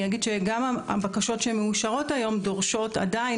אני אגיד שגם הבקשות שמאושרות היום דורשות עדיין